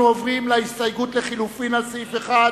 אנחנו עוברים להסתייגות לחלופין על סעיף 1,